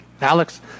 Alex